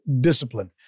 discipline